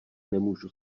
nemůžu